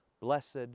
blessed